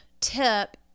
tip